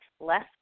less